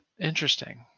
Interesting